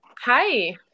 Hi